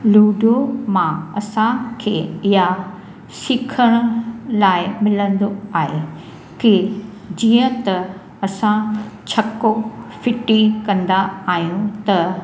लूडियो मां असांखे इहा सिखण लाइ मिलंदो आहे की जीअं त असां छक्को फिटी कंदा आहियूं त